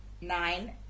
nine